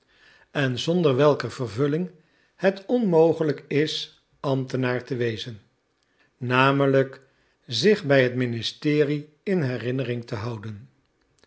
en zonder welker vervulling het onmogelijk is ambtenaar te wezen namelijk zich bij het ministerie in herinnering te houden